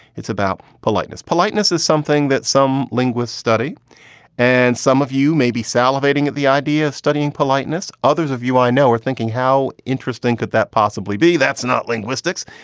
it's about politeness. politeness is something that some linguists study and some of you may be salivating at the idea of studying politeness. others of you i know are thinking how interesting could that possibly be? that's not linguistics.